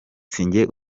sinjye